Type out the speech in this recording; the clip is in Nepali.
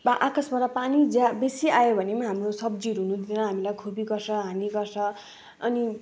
मा आकाशबाट पानी ज्या बेसी आयो भने पनि हाम्रो सब्जीहरू हुनुदिँदैन हामीलाई खुबी गर्छ हानी गर्छ अनि